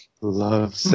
Love